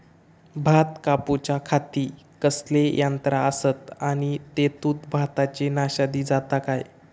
भात कापूच्या खाती कसले यांत्रा आसत आणि तेतुत भाताची नाशादी जाता काय?